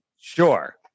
sure